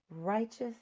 righteous